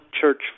church